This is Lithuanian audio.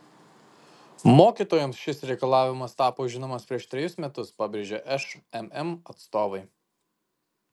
mokytojams šis reikalavimas tapo žinomas prieš trejus metus pabrėžė šmm atstovai